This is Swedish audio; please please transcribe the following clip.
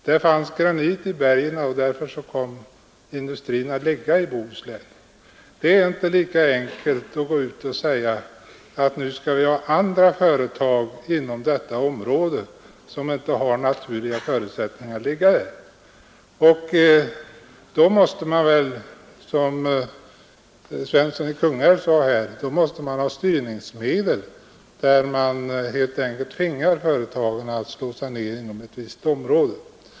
Det finns granit i bergen, därför kom stenindustrin att ligga i Bohuslän. Det är alldeles för enkelt att bara säga, att nu skall vi ha andra företag i detta område; det går inte om de naturliga förutsättningarna saknas för — Nr 122 att lokalisera företag dit. I så fall måste man, som herr Svensson i Fredagen den Kungälv sade, ha vissa styrningsmedel med vilka man helt enkelt tvingar 5 növember-1971 företagare att slå sig ned i ett visst område.